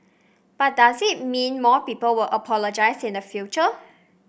but does that mean more people will apologise in the future